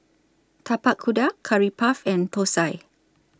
Tapak Kuda Curry Puff and Thosai